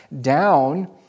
down